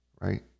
right